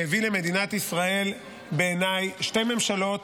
שהביא למדינת ישראל שתי ממשלות,